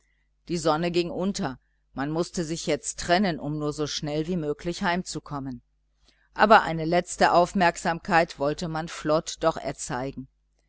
die sonne ging unter man mußte sich jetzt trennen um nur so schnell wie möglich heimzukommen aber eine letzte aufmerksamkeit wollte man flod doch erzeigen